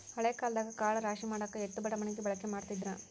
ಹಳೆ ಕಾಲದಾಗ ಕಾಳ ರಾಶಿಮಾಡಾಕ ಎತ್ತು ಬಡಮಣಗಿ ಬಳಕೆ ಮಾಡತಿದ್ರ